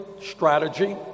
strategy